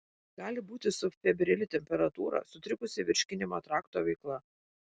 gali būti subfebrili temperatūra sutrikusi virškinimo trakto veikla